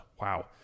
wow